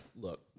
look